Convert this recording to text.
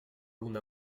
una